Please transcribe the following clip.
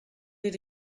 did